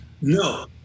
No